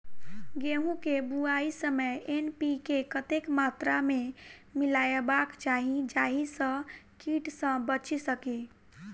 गेंहूँ केँ बुआई समय एन.पी.के कतेक मात्रा मे मिलायबाक चाहि जाहि सँ कीट सँ बचि सकी?